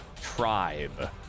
tribe